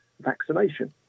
vaccination